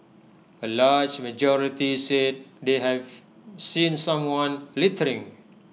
A large majority said they have seen someone littering